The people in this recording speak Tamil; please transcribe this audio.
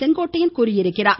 செங்கோட்டையன் தெரிவித்துள்ளார்